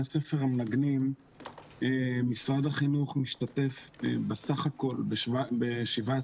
הספר המנגנים משרד החינוך משתתף בסך הכל ב-17%,